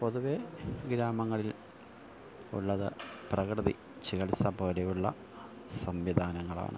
പൊതുവേ ഗ്രാമങ്ങളിൽ ഉള്ളത് പ്രകൃതി ചികിത്സ പോലെയുള്ള സംവിധാനങ്ങളാണ്